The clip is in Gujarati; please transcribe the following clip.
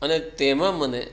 અને તેમાં મને